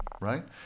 right